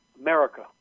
America